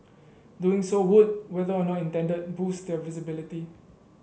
doing so would whether or not intended boost their visibility